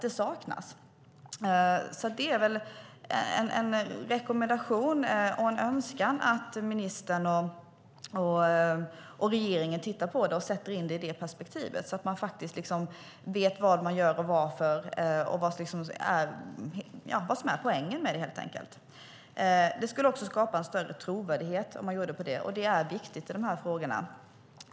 Det är en rekommendation och en önskan att ministern och regeringen tittar på detta och sätter in det i det perspektivet, så att man vet vad man gör och varför och vad som är poängen, helt enkelt. Det skulle också skapa en större trovärdighet, och det är viktigt i de här frågorna.